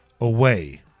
away